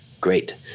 Great